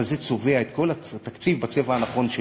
אבל זה צובע את כל התקציב בצבע הנכון שלו.